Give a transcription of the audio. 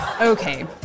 Okay